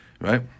Right